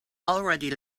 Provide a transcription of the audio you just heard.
already